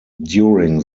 during